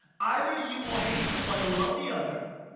either you will hate the one and love the other,